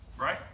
Right